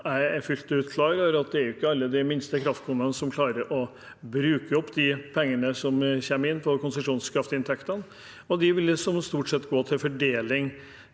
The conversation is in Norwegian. er fullt klar over, at ikke alle de minste kraftkommunene klarer å bruke opp de pengene som kommer inn gjennom konsesjonskraftinntektene, og de vil stort sett gå til fordeling